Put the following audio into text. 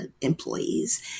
employees